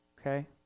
okay